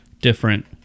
different